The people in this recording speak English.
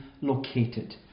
located